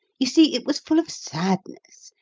you see it was full of sadness.